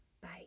Bye